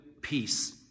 peace